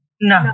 No